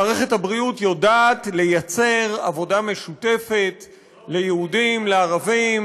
מערכת הבריאות יודעת לייצר עבודה משותפת ליהודים ולערבים